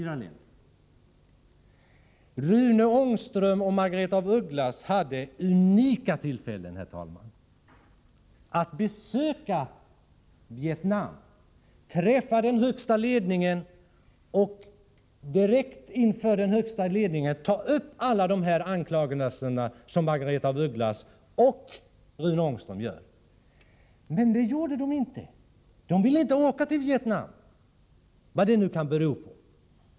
Rune Ångström och Margaretha af Ugglas hade unika tillfällen, herr talman, att besöka Vietnam, träffa den högsta ledningen och direkt inför den högsta ledningen ta upp alla anklagelser som Margaretha af Ugglas och Rune Ångström framför. Men det gjorde de inte. De ville inte åka till Vietnam, vad det nu kan bero på.